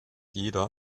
jeder